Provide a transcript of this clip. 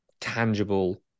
tangible